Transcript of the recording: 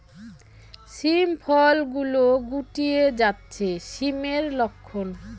শিম ফল গুলো গুটিয়ে যাচ্ছে কিসের লক্ষন?